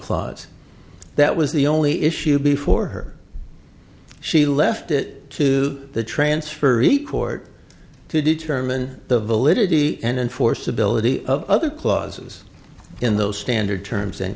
clause that was the only issue before her she left it to the transfer required to determine the validity and force ability of other clauses in those standard terms and